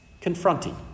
confronting